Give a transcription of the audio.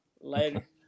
Later